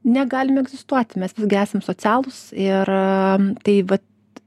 negalim egzistuoti mes esam socialūs ir tai vat